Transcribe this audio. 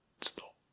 stop